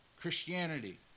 Christianity